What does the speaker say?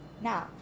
Now